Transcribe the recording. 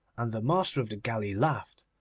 and the master of the galley laughed,